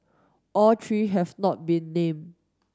all three have not been named